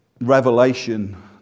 revelation